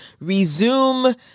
resume